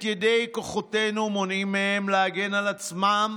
ידי כוחותינו ומונעים מהם להגן על עצמם